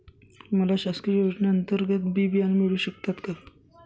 मला शासकीय योजने अंतर्गत बी बियाणे मिळू शकतात का?